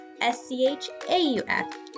S-C-H-A-U-F